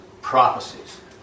prophecies